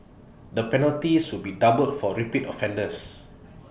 the penalties will be doubled for repeat offenders